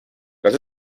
das